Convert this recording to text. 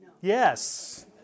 Yes